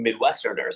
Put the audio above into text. midwesterners